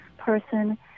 person